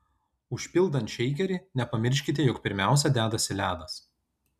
užpildant šeikerį nepamirškite jog pirmiausia dedasi ledas